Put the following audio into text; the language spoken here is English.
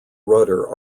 rudder